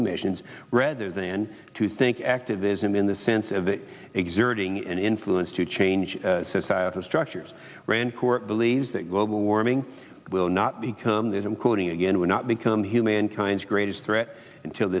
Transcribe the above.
emissions rather than to think activism in the sense of exerting influence to change societal structures grandcourt believes that global warming will not become this including again will not become humankind greatest threat until